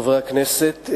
חברי הכנסת,